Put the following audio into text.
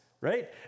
right